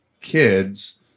kids